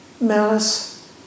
malice